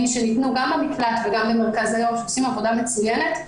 שניתנו גם במקלט וגם במרכז היום שעשו עבודה מצוינת,